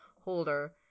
holder